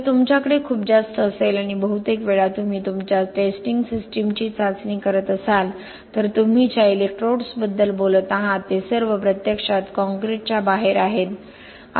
जर तुमच्याकडे खूप जास्त असेल आणि बहुतेक वेळा तुम्ही तुमच्या टेस्टिंग सिस्टीमची चाचणी करत असाल तर तुम्ही ज्या इलेक्ट्रोड्सबद्दल बोलत आहात ते सर्व प्रत्यक्षात कॉंक्रिटच्या बाहेर आहेत